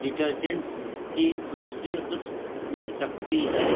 detergents کی دوسری قسم مل سکتی ہے